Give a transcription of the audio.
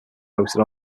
posted